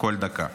כל דקה.